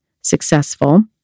successful